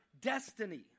destiny